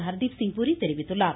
ஹர்திப்சிங் பூரி தெரிவித்துள்ளார்